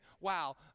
wow